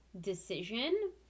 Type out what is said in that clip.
decision